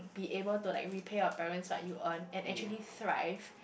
be able to like we repay our parents but you earn and actually thrive